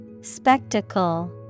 Spectacle